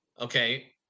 okay